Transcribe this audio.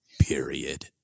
period